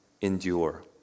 endure